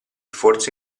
forse